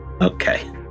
Okay